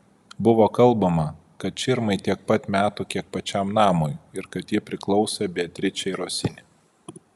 buvo kalbama kad širmai tiek pat metų kiek pačiam namui ir kad ji priklausė beatričei rosini